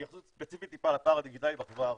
התייחסות ספציפית טיפה לפער הדיגיטלי בחברה הערבית.